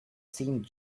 seemed